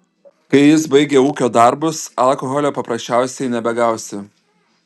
kai jis baigia ūkio darbus alkoholio paprasčiausiai nebegausi